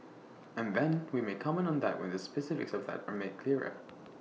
and then we may comment on that when the specifics of that are made clearer